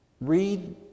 Read